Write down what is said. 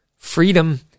Freedom